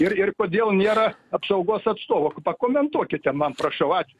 ir ir kodėl nėra apsaugos atstovų kut pakomentuokite man prašau ačiū